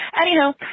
anyhow